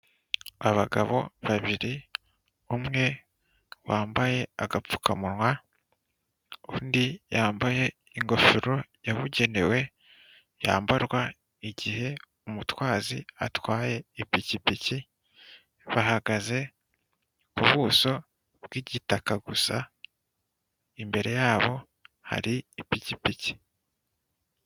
Abagabo babiri, umwe wambaye agapfukamunwa, undi yambaye ingofero yabugenewe, yambarwa igihe umutwazi atwaye ipikipiki, bahagaze ku buso bw'igitaka gusa, imbere yabo hari ipikipiki.